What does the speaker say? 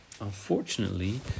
Unfortunately